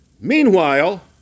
Meanwhile